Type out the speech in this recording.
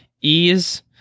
ease